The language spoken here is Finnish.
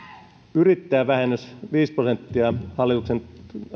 yrittäjävähennys viisi prosenttia hallituksen